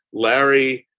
larry,